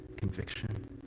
conviction